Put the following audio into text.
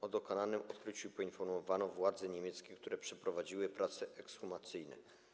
O dokonanym odkryciu poinformowano władze niemieckie, które przeprowadziły prace ekshumacyjne.